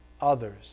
others